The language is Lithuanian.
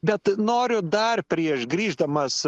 bet noriu dar prieš grįždamas